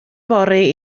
fory